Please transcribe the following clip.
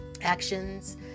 Actions